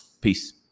Peace